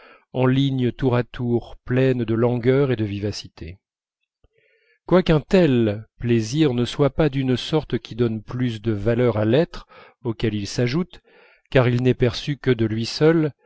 en lignes tour à tour pleines de langueur et de vivacité quoiqu'un tel plaisir ne soit pas d'une sorte qui donne plus de valeur à l'être auquel il s'ajoute car il n'est perçu que de lui seul